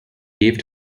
gave